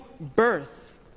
birth